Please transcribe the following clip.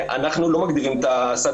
אנחנו לא מגדירים את סד